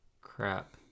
Crap